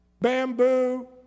bamboo